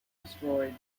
destroyed